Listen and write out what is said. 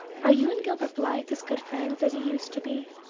are you and gilbert blythe as good friends as you used to be?